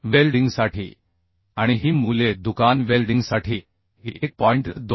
वेल्डिंगसाठी आणि ही मूल्ये दुकान वेल्डिंगसाठी 1